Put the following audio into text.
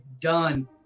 done